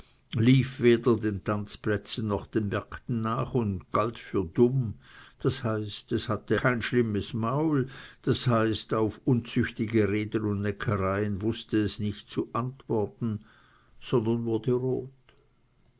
lief weder den tanzplätzen noch den märkten nach und galt für dumm das heißt es hatte kein schlimmes maul das heißt auf unzüchtige reden und neckereien wußte es nicht zu antworten sondern wurde rot